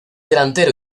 delantero